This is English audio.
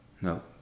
No